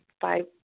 five